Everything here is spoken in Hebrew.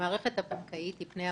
המערכת הבנקאית היא פני המשק,